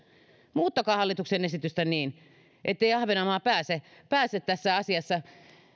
muuttakaa hallituksen esitystä niin ettei ahvenanmaa pääse pääse tässä asiassa